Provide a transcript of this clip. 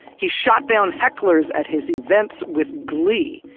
he shot down hecklers at his events with glee.